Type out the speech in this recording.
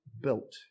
built